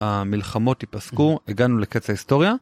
המלחמות ייפסקו, הגענו לקץ ההיסטוריה.